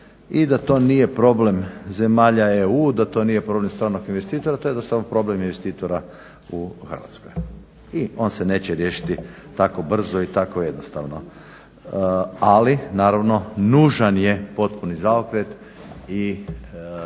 i da to nije problem zemalja EU i da to nije problem stranog investitora to je jednostavno problem investitora u Hrvatskoj i on se neće riješiti tako brzo i tako jednostavno. Ali naravno nužan je potpuni zaokret i